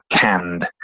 canned